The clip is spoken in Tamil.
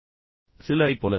பின்னர் சிலரைப் போல